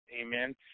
Amen